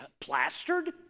plastered